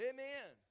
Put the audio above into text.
Amen